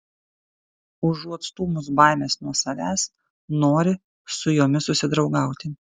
užuot stūmus baimes nuo savęs nori su jomis susidraugauti